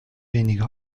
wenige